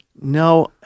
no